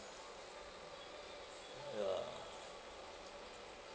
ya